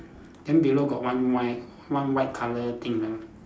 then below got one white one white colour thing ah